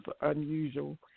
unusual